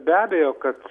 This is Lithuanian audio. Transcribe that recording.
be abejo kad